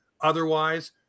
Otherwise